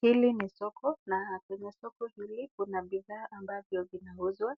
Hili ni soko na kwenye soko hili kuna bidhaa ambavyo vinauzwa